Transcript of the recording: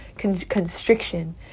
constriction